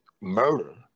murder